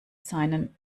seinen